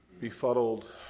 befuddled